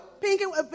Pinky